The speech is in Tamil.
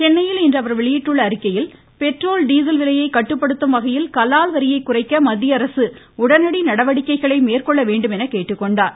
சென்னையில் இன்று அவர் வெளியிட்டுள்ள அறிக்கையில் பெட்ரோல் டீசல் விலையை கட்டுப்படுத்தும் வகையில் கலால் வரியை குறைக்க மத்திய அரசு உடனடி நடவடிக்கைகளை மேற்கொள்ள வேண்டும் என்று கேட்டுக்கொண்டார்